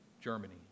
Germany